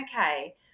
okay